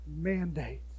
mandate